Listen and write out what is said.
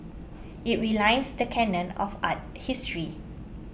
it realigns the canon of art history